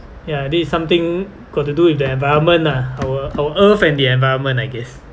ya this is something got to do with the environment ah our our earth and the environment I guess